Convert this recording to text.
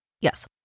Yes